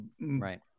Right